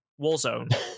Warzone